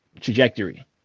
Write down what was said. trajectory